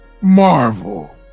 Marvel